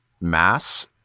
Mass